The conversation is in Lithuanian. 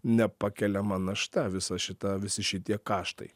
nepakeliama našta visa šita visi šitie kaštai